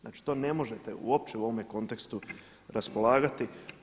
Znači, to ne možete uopće u ovome kontekstu raspolagati.